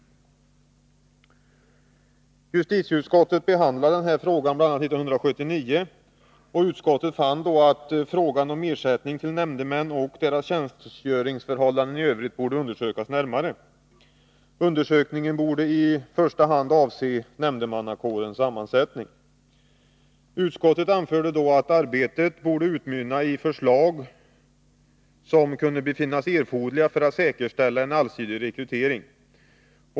Justitieutskottet behandlade denna fråga bl.a. 1979. Utskottet fann då att frågan om ersättning till nämndemän och deras tjänstgöringsförhållanden borde undersökas närmare. Undersökningen borde i första hand avse nämndemannakårens sammansättning. Utskottet anförde att arbetet borde utmynna i förslag som kunde befinnas erforderliga för att säkerställa en allsidig rekrytering.